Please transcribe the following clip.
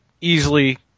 easily